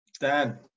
Dan